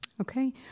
Okay